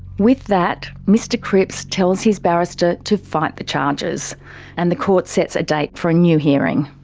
with that, mr cripps tells his barrister to fight the charges and the court sets a date for a new hearing.